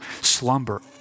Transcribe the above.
slumber